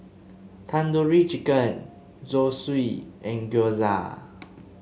Tandoori Chicken Zosui and Gyoza